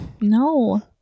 No